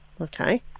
Okay